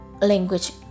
language